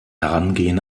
herangehen